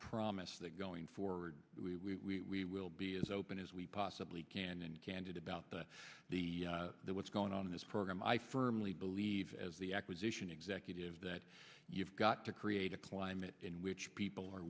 promise that going forward we will be as open as we possibly can and candid about the the the what's going on in this program i firmly believe as the acquisition executive that you've got to create a climate in which people are